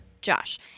Josh